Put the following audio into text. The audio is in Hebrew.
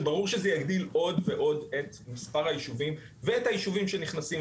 שברור שזה יגדיל עוד ועוד את מספר היישובים ואת היישובים שנכנסים.